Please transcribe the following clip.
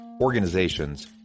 organizations